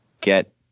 get –